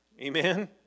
Amen